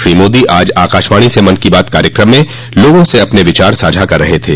श्री मोदी आज आकाशवाणी से मन की बात कार्यक्रम में लोगों से अपने विचार साझा कर रहे थे